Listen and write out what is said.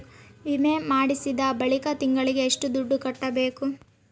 ವಿಮೆ ಮಾಡಿಸಿದ ಬಳಿಕ ತಿಂಗಳಿಗೆ ಎಷ್ಟು ದುಡ್ಡು ಕಟ್ಟಬೇಕು?